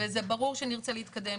וזה ברור שנרצה להתקדם.